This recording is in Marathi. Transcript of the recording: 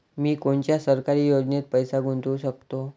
मी कोनच्या सरकारी योजनेत पैसा गुतवू शकतो?